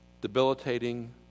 debilitating